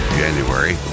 january